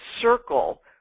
circle